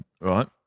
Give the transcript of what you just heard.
right